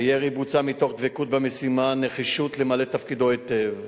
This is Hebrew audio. הירי בוצע מתוך דבקות במשימה ונחישות למלא את תפקידו היטב,